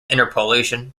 interpolation